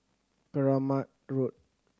Keramat Road